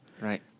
Right